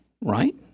right